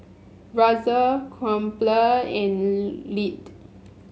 Razer Crumpler and Lindt